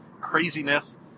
craziness